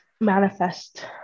manifest